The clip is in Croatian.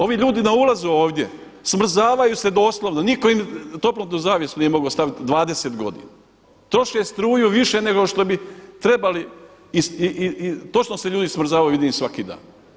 Ovi ljudi na ulazu ovdje smrzavaju se doslovno, nitko im toplotnu zavjesu nije mogao staviti 20 godina, troše struju više nego što bi trebali i to što se ljudi smrzavaju vidim svaki dan.